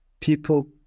people